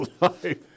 life